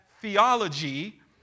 theology